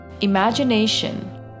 Imagination